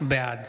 בעד